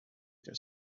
their